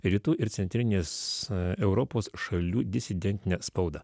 rytų ir centrinės europos šalių disidentinę spaudą